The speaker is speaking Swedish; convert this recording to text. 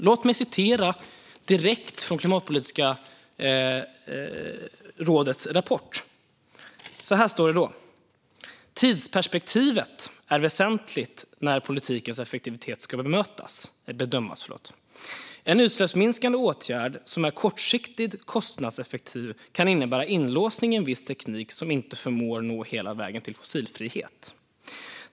Låt mig citera direkt från Klimatpolitiska rådets rapport: "Tidsperspektivet är väsentligt när politikens effektivitet ska bedömas. En utsläppsminskande åtgärd som är kortsiktigt kostnadseffektiv kan innebära inlåsning i en viss teknik som inte förmår nå hela vägen till fossilfrihet.